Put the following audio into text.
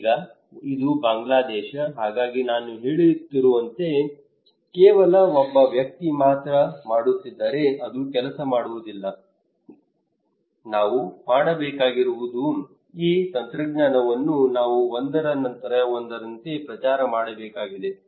ಈಗ ಇದು ಬಾಂಗ್ಲಾದೇಶ ಹಾಗಾಗಿ ನಾನು ಹೇಳುತ್ತಿರುವಂತೆ ಕೇವಲ ಒಬ್ಬ ವ್ಯಕ್ತಿ ಮಾತ್ರ ಮಾಡುತ್ತಿದ್ದರೆ ಅದು ಕೆಲಸ ಮಾಡುವುದಿಲ್ಲ ನಾವು ಮಾಡಬೇಕಾಗಿರುವುದು ಈ ತಂತ್ರಜ್ಞಾನವನ್ನು ನಾವು ಒಂದರ ನಂತರ ಒಂದರಂತೆ ಪ್ರಚಾರ ಮಾಡಬೇಕಾಗಿದೆ